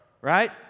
Right